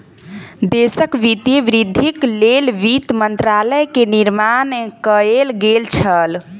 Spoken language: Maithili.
देशक वित्तीय वृद्धिक लेल वित्त मंत्रालय के निर्माण कएल गेल छल